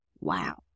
Wow